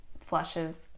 flushes